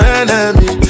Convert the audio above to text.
enemy